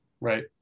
Right